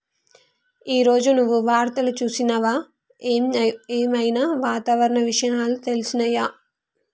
ఈ రోజు నువ్వు వార్తలు చూసినవా? ఏం ఐనా వాతావరణ విషయాలు తెలిసినయా?